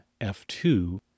F2